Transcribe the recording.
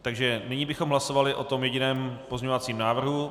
Takže nyní bychom hlasovali o tom jediném pozměňovacím návrhu.